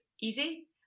easy